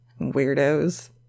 Weirdos